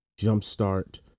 jumpstart